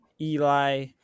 Eli